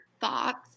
thoughts